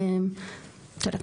תודה.